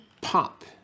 pop